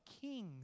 kings